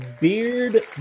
Beard